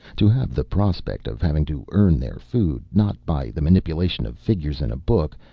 to have the prospect of having to earn their food, not by the manipulation of figures in a book,